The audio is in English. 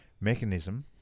mechanism